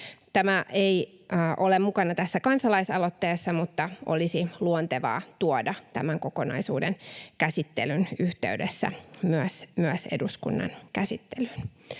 Tämä ei ole mukana tässä kansalaisaloitteessa, mutta olisi luontevaa tuoda tämän kokonaisuuden käsittelyn yhteydessä myös eduskunnan käsittelyyn.